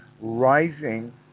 rising